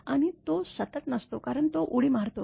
आणि तो सतत नसतो कारण तो उडी मारतो